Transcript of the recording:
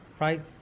Right